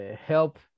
help